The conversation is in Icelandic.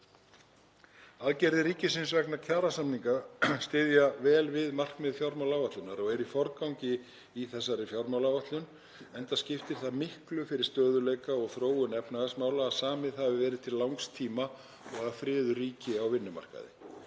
Aðgerðir ríkisins vegna kjarasamninga og styðja vel við markmið fjármálaáætlunar og eru í forgangi í þessari fjármálaáætlun enda skiptir það miklu máli fyrir stöðuleika og þróun efnahagsmála að samið hafi verið til langs tíma og friður ríki á vinnumarkaði.